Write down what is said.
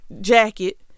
jacket